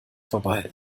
vorbei